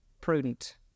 prudent